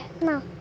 No